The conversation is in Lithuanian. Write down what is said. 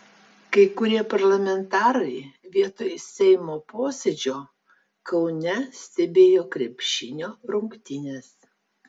kai kurie parlamentarai vietoj seimo posėdžio kaune stebėjo krepšinio rungtynes